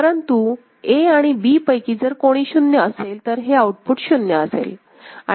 परंतु A आणि B पैकी जर कोणी शुन्य असेल तर हे आऊटपुट शून्य असेल